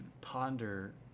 ponder